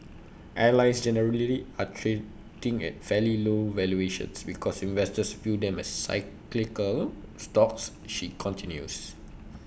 airlines generally are trading at fairly low valuations because investors view them as cyclical stocks she continues